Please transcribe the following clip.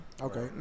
Okay